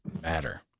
matter